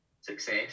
success